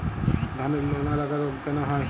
ধানের লোনা লাগা রোগ কেন হয়?